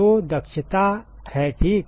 तो दक्षता है ठीक